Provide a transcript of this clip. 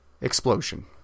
explosion